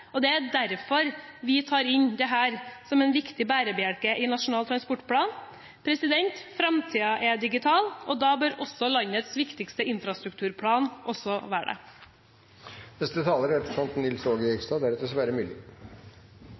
området. Det er derfor vi tar dette inn som en viktig bærebjelke i Nasjonal transportplan. Framtiden er digital – da bør landets viktigste infrastrukturplan også være det. Nasjonal transportplan er